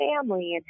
family